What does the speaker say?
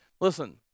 Listen